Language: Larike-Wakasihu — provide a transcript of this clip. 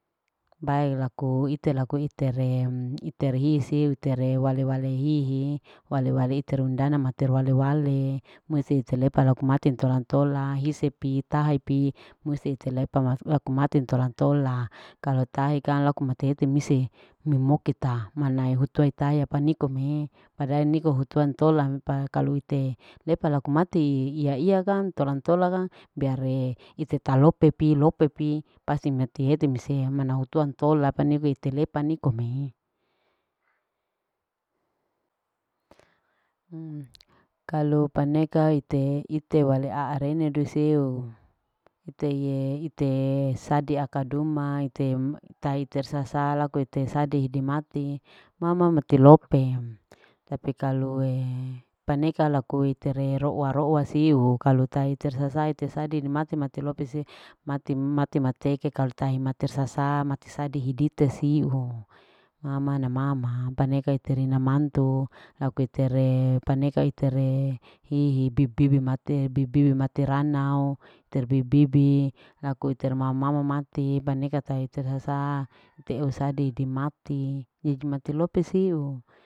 Bae laku ite-laku ite rem ite hisi iter he wale-wale hihi wale-wale iter hundana mater wale-wale musti ite lepa laku mate ntola-ntola hise pi, tahe pi musti ite lepa laku mate intola-ntola kalu tahe kang laku mate hete mise mimoke ta manae hutu hitahe apa nikome pada niko hutuan ntola pa kalu ite lepa laku mati iya-iya kang ntola-ntola kang biare ite talope pi. lope pi pasti miti hete mise mana hutua ntola paniko ite lepa nikome. kalu paneka ite-ite wale aarene dui siu ite ye. itee sadi akaduma ite ta iter sasa laku ite sadi ite sadi mati mama mati lope. Tapi kalue paneka lakue itere roua-roua siu kalu tae iter sasae ite sadi mati-mati lope si mati mati eke kalu tahe mater sasa mati tadi hidite siu mamana-mama paneka iterina mantu laku itere paneka itere hihi bibi mate. bibi mate ranao terbibibi laku iter mama mati paneka tae iter sasa ite usadi di mati di mati lope siu.